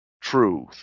Truth